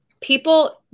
people